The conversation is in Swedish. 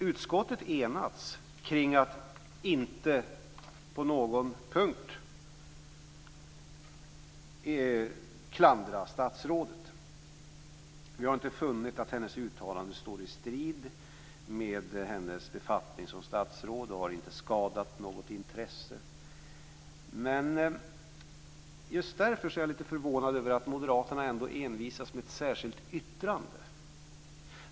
Utskottet har enats kring att inte på någon punkt klandra statsrådet. Vi har inte funnit att hennes uttalande står i strid med hennes befattning som statsråd, och det har inte skadat något intresse. Just därför är jag lite förvånad över att moderaterna envisas med ett särskilt yttrande.